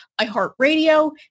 iHeartRadio